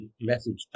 Message